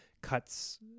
cuts